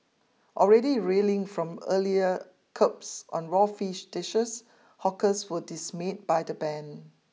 already reeling from earlier curbs on raw fish dishes hawkers were dismayed by the ban